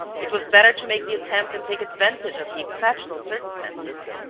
it was better to make the attempt and take advantage of the exceptional circumstances.